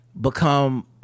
become